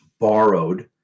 borrowed